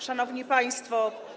Szanowni Państwo!